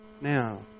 Now